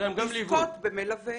לזכות במלווה,